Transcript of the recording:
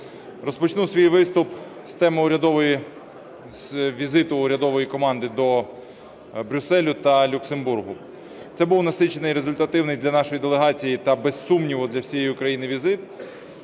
Розпочну свій виступ з теми візиту урядової команди до Брюсселя та Люксембурга. Це був насичений і результативний для нашої делегації та, без сумніву, для всієї України візит.